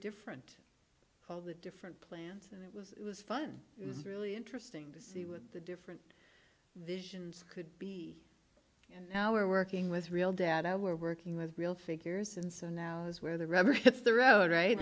different all the different plans and it was it was fun it was really interesting to see what the different visions could be and now we're working with real dad were working with real figures and so now is where the rubber